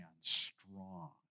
strong